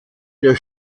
der